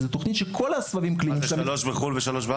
שזה תוכנית שכל הסבבים הקליניים שם --- זה שלוש בחו"ל ושלוש בארץ?